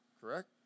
correct